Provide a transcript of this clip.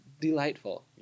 delightful